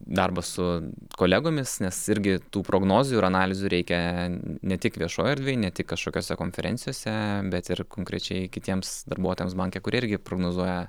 darbas su kolegomis nes irgi tų prognozių ir analizių reikia ne tik viešoj erdvėj ne tik kažkokiose konferencijose bet ir konkrečiai kitiems darbuotojams banke kurie irgi prognozuoja